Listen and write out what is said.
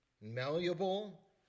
malleable